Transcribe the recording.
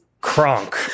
Kronk